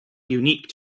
unique